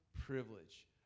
privilege